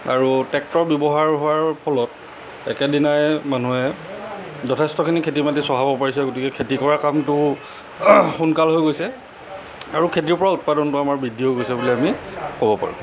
আৰু টেক্টৰ ব্যৱহাৰ হোৱাৰ ফলত একেদিনাই মানুহে যথেষ্টখিনি খেতি মাটি চহাব পাৰিছে গতিকে খেতি কৰা কামটো সোনকাল হৈ গৈছে আৰু খেতিৰ পৰা উৎপাদনটো বৃদ্ধি হৈ গৈছে বুলি আমি ক'ব পাৰোঁ